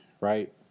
Right